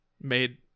made